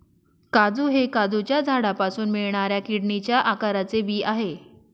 काजू हे काजूच्या झाडापासून मिळणाऱ्या किडनीच्या आकाराचे बी आहे